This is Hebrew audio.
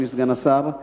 אדוני סגן השר?